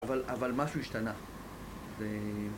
אבל משהו השתנה ו...